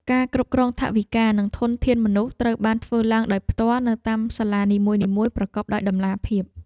ការគ្រប់គ្រងថវិកានិងធនធានមនុស្សត្រូវបានធ្វើឡើងដោយផ្ទាល់នៅតាមសាលានីមួយៗប្រកបដោយតម្លាភាព។